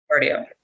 cardio